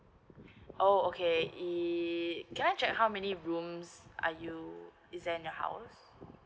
oh okay can I check how many rooms are you is there in your house